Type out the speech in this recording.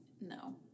No